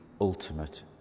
ultimate